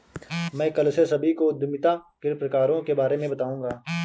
मैं कल से सभी को उद्यमिता के प्रकारों के बारे में बताऊँगा